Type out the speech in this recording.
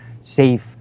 safe